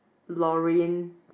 Lorraine